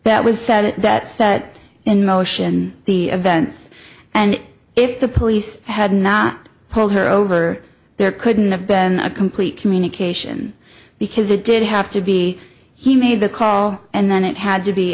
that was said that set in motion the events and if the police had not pulled her over there couldn't have been a complete communication because it did have to be he made the call and then it had to be